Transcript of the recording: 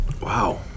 Wow